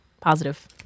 positive